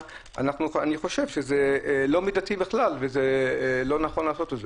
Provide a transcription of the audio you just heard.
אני חושב שזה לא מידתי בכלל וזה לא נכון לעשות את זה.